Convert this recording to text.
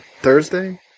Thursday